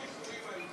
הכיפורים.